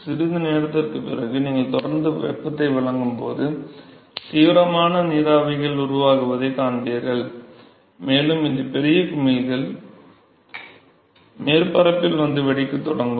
சிறிது நேரத்திற்குப் பிறகு நீங்கள் தொடர்ந்து வெப்பத்தை வழங்கும்போது தீவிரமான நீராவிகள் உருவாகுவதைக் காண்பீர்கள் மேலும் இந்த பெரிய குமிழ்கள் மேற்பரப்பில் வந்து வெடிக்கத் தொடங்கும்